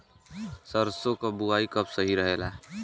सरसों क बुवाई कब सही रहेला?